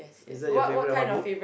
is that your favourite hobby